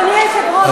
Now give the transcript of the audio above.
אדוני היושב-ראש,